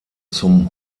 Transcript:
zum